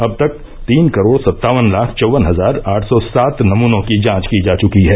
अब तक तीन करोड़ सत्तावन लाख चौवन हजार आठ सौ सात नमुनों की जांच की जा चुकी है